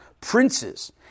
princes